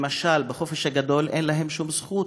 למשל, בחופש הגדול אין להם שום זכות.